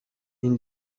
این